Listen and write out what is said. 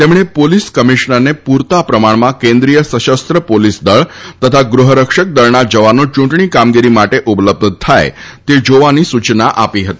તેમણે પોલીસ કમિશ્નરને પુરતા પ્રમાણમાં કેન્દ્રિય સશસ્ત્ર પોલીસદળ તથા ગૃહરક્ષક દળના જવાનો યૂંટણી કામગીરી માટે ઉપલબ્ધ થાય તે જોવાની સૂચના આપી હતી